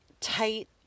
tight